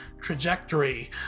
trajectory